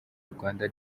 rwanda